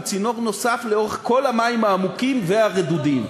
צינור נוסף לאורך כל המים העמוקים והרדודים.